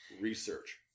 Research